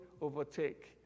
overtake